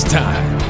time